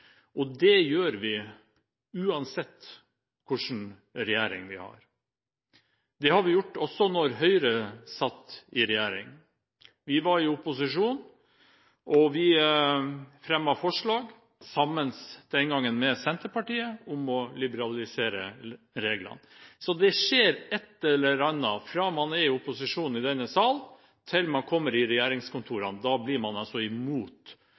kommunene. Det gjør vi uansett hvilken regjering vi har. Det gjorde vi også da Høyre satt i regjering. Vi var i opposisjon, og vi fremmet forslag – sammen med Senterpartiet den gangen – om å liberalisere reglene. Det skjer et eller annet fra man er i opposisjon i denne salen til man kommer i regjeringskontorene – da blir man imot